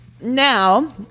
Now